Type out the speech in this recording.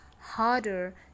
harder